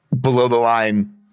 below-the-line